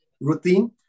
routine